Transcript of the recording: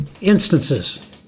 instances